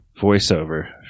voiceover